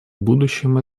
будущем